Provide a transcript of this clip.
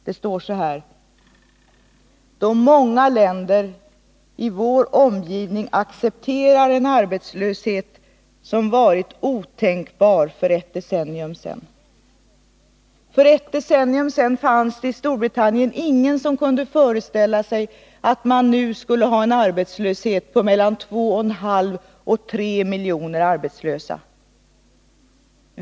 Det står så här: ”-—-— då många länder i vår omgivning accepterar en arbetslöshet som varit otänkbar för ett decennium sedan —-—=-.” För ett decennium sedan fanns det i Storbritannien ingen som kunde föreställa sig att man nu skulle ha mellan 2,5 och 3 miljoner arbetslösa.